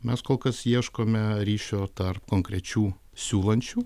mes kol kas ieškome ryšio tarp konkrečių siūlančių